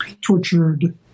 Tortured